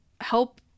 help